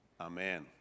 Amen